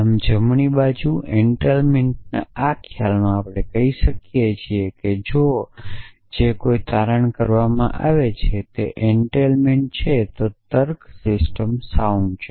આમ જમણી બાજુ એનટેઇલમેંટ આ ખ્યાલમાં આપણે કહીએ છીએ કે જો જે કઈ તારણ કરવામાં આવે છે તે એનટેઇલમેંટ છે તો તર્કસિસ્ટમ સાઉન્ડ છે